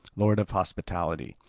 lord of hospitality.